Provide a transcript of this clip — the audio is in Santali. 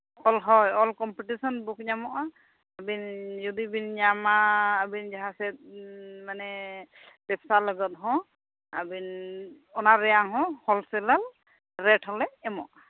ᱚᱞ ᱦᱳᱭ ᱚᱞ ᱠᱚᱢᱯᱤᱴᱤᱥᱮᱱ ᱵᱩᱠ ᱧᱟᱢᱚᱜᱼᱟ ᱟᱹᱵᱤᱱ ᱡᱩᱫᱤ ᱵᱤᱱ ᱧᱟᱢᱟ ᱟᱹᱵᱤᱱ ᱡᱟᱦᱟᱸ ᱥᱮᱫ ᱢᱟᱱᱮ ᱵᱮᱵᱥᱟ ᱞᱟᱹᱜᱤᱫ ᱦᱚᱸ ᱟᱹᱵᱤᱱ ᱚᱱᱟ ᱨᱮᱭᱟᱝ ᱦᱚᱸ ᱦᱳᱞᱥᱮᱞᱟᱨ ᱨᱮᱹᱴ ᱦᱚᱸᱞᱮ ᱮᱢᱚᱜᱼᱟ